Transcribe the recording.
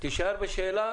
תישאר בשאלה.